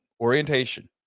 orientation